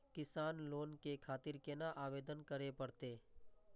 किसान लोन के खातिर केना आवेदन करें परतें?